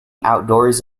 outdoors